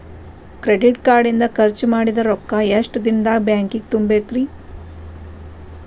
Credit card ಇಂದ್ ಖರ್ಚ್ ಮಾಡಿದ್ ರೊಕ್ಕಾ ಎಷ್ಟ ದಿನದಾಗ್ ಬ್ಯಾಂಕಿಗೆ ತುಂಬೇಕ್ರಿ?